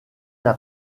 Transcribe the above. n’a